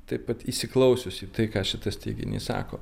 taip pat įsiklausius į tai ką šitas teiginys sako